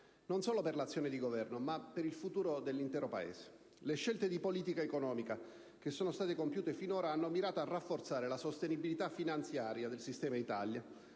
non solo per l'azione di governo, ma per il futuro dell'intero Paese. Le scelte di politica economica che sono state compiute finora hanno mirato a rafforzare la sostenibilità finanziaria del sistema Italia,